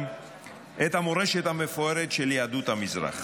את המורשת המפוארת של יהדות המזרח.